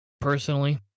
personally